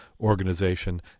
organization